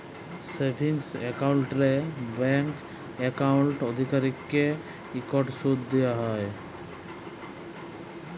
savings একাউল্টে bank account অধিকারীদেরকে ইকট সুদ দিয়া হ্যয়